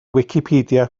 wicipedia